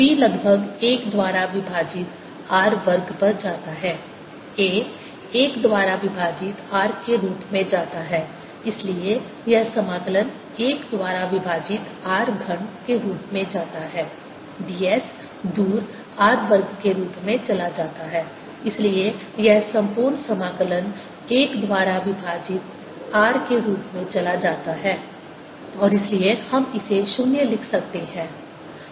B लगभग 1 द्वारा विभाजित r वर्ग पर जाता है A 1 द्वारा विभाजित r के रूप में जाता है इसलिए यह समाकलन 1 द्वारा विभाजित r घन के रूप में जाता है ds दूर r वर्ग के रूप में चला जाता है इसलिए यह संपूर्ण समाकलन 1 द्वारा विभाजित r के रूप में चला जाता है और इसलिए हम इसे 0 लिख सकते हैं